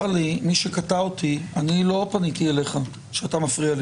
צר לי, אני לא פניתי אליך שאתה מפריע לי.